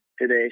today